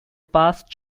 past